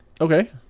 Okay